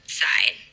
side